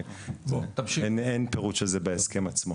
אין פירוט של זה בהסכם עצמו